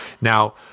Now